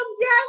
Yes